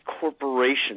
corporations